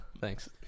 Thanks